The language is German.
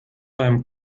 beim